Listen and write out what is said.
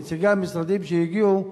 נציגי המשרדים שהגיעו,